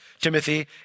Timothy